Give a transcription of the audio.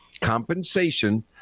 compensation